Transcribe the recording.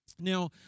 Now